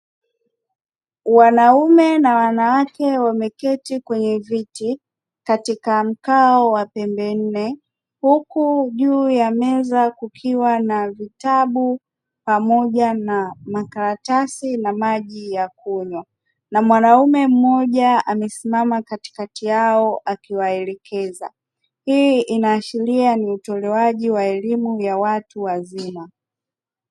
Wanaume na wanawake wameketi kwenye viti katika mkao wa pembe nne, huku juu ya meza kukiwa na vitabu pamoja na makaratasi na maji ya kunywa, na mwanaume mmoja amesimama katikati yao akiwaelekeza. Hii inaashiria ni utolewaji wa elimu ya watu wazima.